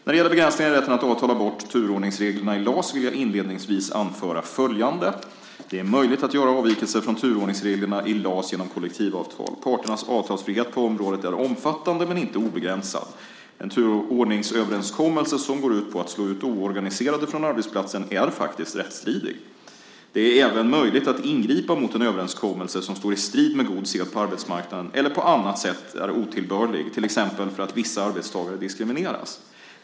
När det gäller begränsningar i rätten att avtala bort turordningsreglerna i LAS vill jag inledningsvis anföra följande: Det är möjligt att göra avvikelser från turordningsreglerna i LAS genom kollektivavtal. Parternas avtalsfrihet på området är omfattande men inte obegränsad. En turordningsöverenskommelse som går ut på att slå ut oorganiserade från arbetsplatsen är faktiskt rättsstridig. Det är även möjligt att ingripa mot en överenskommelse som står i strid med god sed på arbetsmarknaden eller på annat sätt är otillbörlig, till exempel för att vissa arbetstagare diskrimineras.